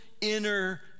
inner